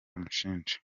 amushinja